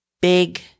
big